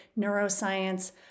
neuroscience